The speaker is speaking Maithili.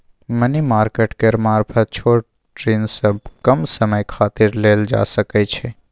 मनी मार्केट केर मारफत छोट ऋण सब कम समय खातिर लेल जा सकइ छै